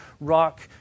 rock